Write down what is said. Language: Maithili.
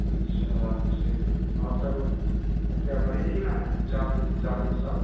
अच्छा ठीक आओर सब अच्छा बनै छै कि नहि अच्छा चॉप उप सब